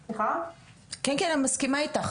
אני מסכימה איתך,